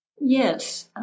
Yes